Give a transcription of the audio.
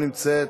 נמצאת.